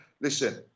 listen